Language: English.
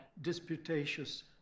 disputatious